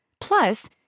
Plus